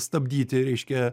stabdyti reiškia